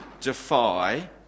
defy